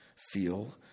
Feel